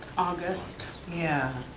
august. yeah.